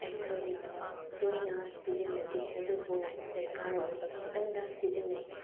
ꯑꯩꯈꯣꯏꯅ ꯇꯣꯏꯅ ꯁꯤꯖꯤꯟꯅꯗꯦ ꯑꯗꯨꯕꯨ ꯗꯔꯀꯥꯔ ꯑꯣꯏꯕ ꯈꯛꯇꯪꯗ ꯁꯤꯖꯤꯟꯅꯩ